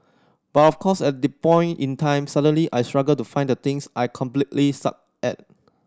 but of course at the point in time suddenly I struggle to find the things I completely suck at